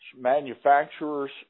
manufacturer's